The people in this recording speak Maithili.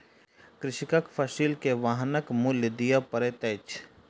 कृषकक फसिल के वाहनक मूल्य दिअ पड़ैत अछि